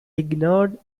ignored